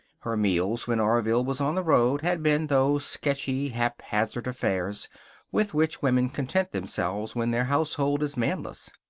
her meals when orville was on the road had been those sketchy, haphazard affairs with which women content themselves when their household is manless.